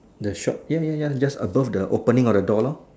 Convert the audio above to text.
the shop ya ya ya just above the opening of the door lor